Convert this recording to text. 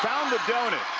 um the donut